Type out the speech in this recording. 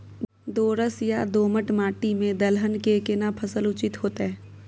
दोरस या दोमट माटी में दलहन के केना फसल उचित होतै?